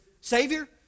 Savior